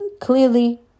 clearly